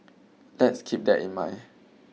let's keep that in mind